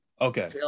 okay